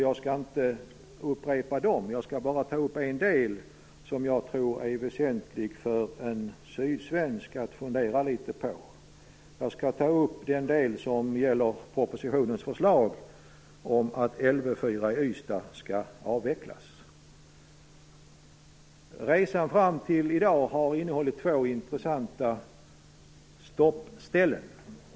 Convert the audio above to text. Jag skall inte upprepa dem, utan bara ta upp en del som jag tror är väsentlig för en sydsvensk att fundera litet på. Jag skall nämligen ta upp den del som gäller propositionens förslag om att Lv 4 i Ystad skall avvecklas. Resan fram till i dag har innehållit två intressanta stoppställen.